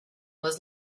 was